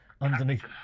underneath